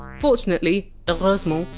fortunately ah hereusement,